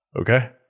okay